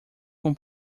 com